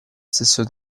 stesso